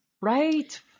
Right